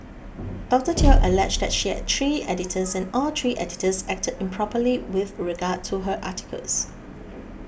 Doctor Teo alleged that she had three editors and all three editors acted improperly with regard to her articles